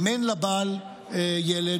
אם אין לבעל ילד,